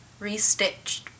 restitched